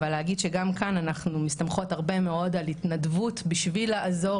אבל להגיד שגם כאן אנחנו מסתמכות הרבה מאוד על התנדבות וזה בשביל לעזור